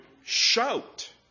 shout